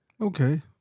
Okay